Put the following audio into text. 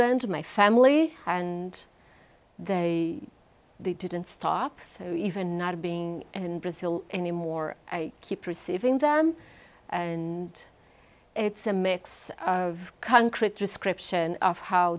husband my family and they they didn't stop so even not being in brazil anymore i keep receiving them and it's a mix of concrete description of how